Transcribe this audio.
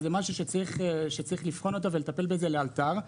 זה משהו שצריך לבחון אותו ולטפל בו לאלתר.